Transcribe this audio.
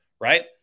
right